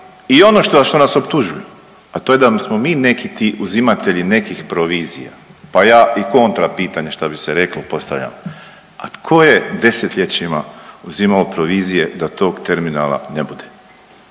i ono što nas optužuje a to je da smo mi neki ti uzimatelji nekih provizija. Pa ja i kontra pitanje što bi se reklo postavljam. A tko je desetljećima uzimao provizije da tog terminala ne bude?